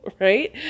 right